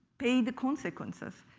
pay the consequences.